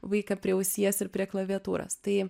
vaiką prie ausies ir prie klaviatūros tai